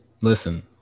listen